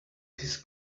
his